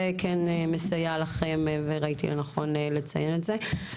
זה כן מסייע לכם וראיתי לנכון לציין את זה.